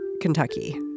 Kentucky